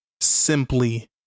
simply